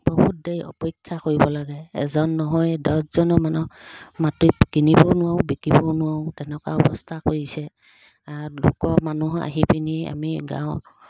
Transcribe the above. বহুত দেৰি অপেক্ষা কৰিব লাগে এজন নহয় দহজনো মানুহ মাটি কিনিবও নোৱাৰোঁ বিকিবও নোৱাৰোঁ তেনেকুৱা অৱস্থা কৰিছে লোকৰ মানুহ আহি পিনি আমি গাঁৱত